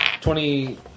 Twenty